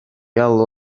alw